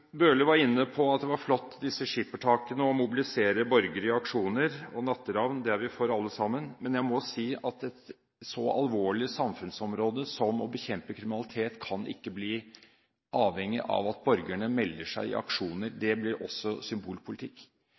Bøhler var inne på at det var flott med disse skippertakene og det å mobilisere borgere i aksjoner – og Natteravnene er vi for alle sammen. Men jeg må si at et så alvorlig samfunnsområde som det å bekjempe kriminalitet kan ikke bli avhengig av at borgerne melder seg i aksjoner. Det blir også symbolpolitikk.